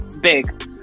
big